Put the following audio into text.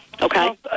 Okay